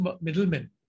middlemen